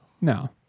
No